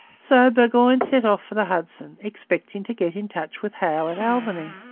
so burgoyne set off for the hudson, expecting to get into touch with howe at albany.